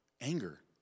anger